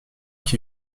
qui